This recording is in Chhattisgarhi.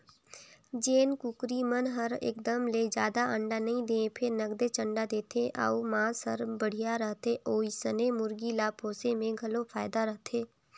जेन कुकरी मन हर एकदम ले जादा अंडा नइ दें फेर नगदेच अंडा देथे अउ मांस हर बड़िहा रहथे ओइसने मुरगी ल पोसे में घलो फायदा रथे